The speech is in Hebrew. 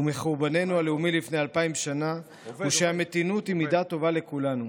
ומחורבננו הלאומי לפני אלפיים שנה הוא שהמתינות היא מידה טובה לכולנו,